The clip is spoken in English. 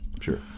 Sure